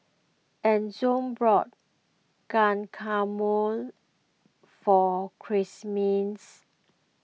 Enzo bought Guacamole for